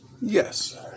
Yes